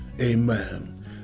amen